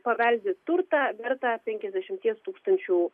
paveldi turtą vertą penkiasdešimties tūkstančių